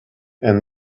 and